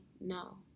No